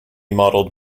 modeled